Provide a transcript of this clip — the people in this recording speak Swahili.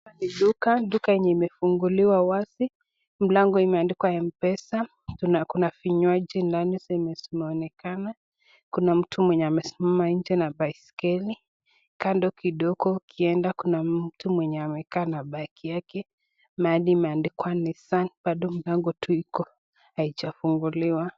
Hapa ni duka, duka yenye imefunguliwa wazi. Mlango imeandikwa M-PESA . Kuna vinywaji ndani zimeweza kuonekana. Kuna mtu mwenye amesimama nje na baiskeli. Kando kidogo ukienda kuna mtu mwenye amekaa na bag yake. Mahali imeandikwa nissan bado mlango tu iko haijafunguliwa.